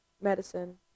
medicine